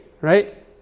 right